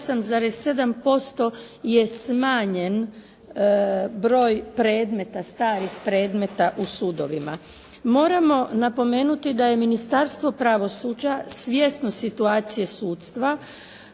38,7% je smanjen broj predmeta, starih predmeta u sudovima. Moramo napomenuti da je Ministarstvo pravosuđa svjesno situacije sudstva